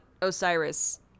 Osiris